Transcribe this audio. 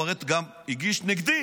הוא הרי גם הגיש נגדי,